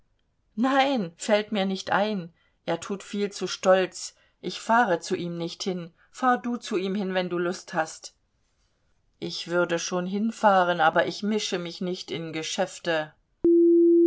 nein fällt mir nicht ein er tut viel zu stolz ich fahre zu ihm nicht hin fahr du zu ihm wenn du lust hast ich würde schon hinfahren aber ich mische mich nicht in geschäfte